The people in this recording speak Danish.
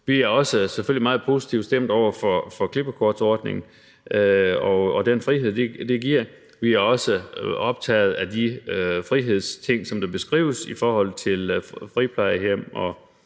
også meget positivt stemt over for klippekortsordningen og den frihed, det giver. Vi er også optaget af de frihedsting, der beskrives i forhold til friplejehjem og